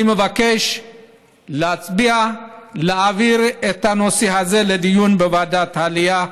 אני מבקש להצביע ולהעביר את הנושא הזה לדיון בוועדת העלייה,